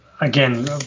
again